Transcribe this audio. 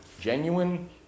genuine